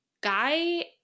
guy